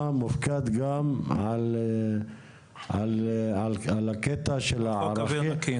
מופקד גם על הקטע של חוק אוויר נקי,